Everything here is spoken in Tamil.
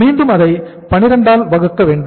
மீண்டும் அதை 12 ஆல் வகுக்க வேண்டும்